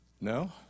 No